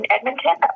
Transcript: Edmonton